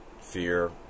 fear